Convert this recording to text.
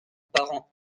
parents